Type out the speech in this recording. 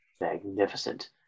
magnificent